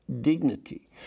dignity